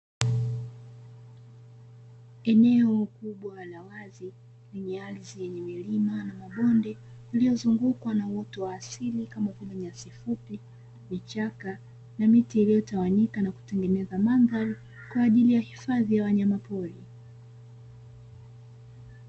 Eneo kubwa la wazi lenye ardhi yenye milima na mabonde yaliyo zungukwa na uwoto wa asili kama vile nyasi fupi, vichaka na miti iliyo tawanyika na kutengeneza mandhali kwa yahifadhi ya wanyama pori.